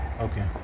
Okay